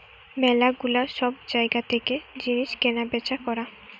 ম্যালা গুলা সব জায়গা থেকে জিনিস কেনা বেচা করা